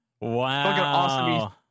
Wow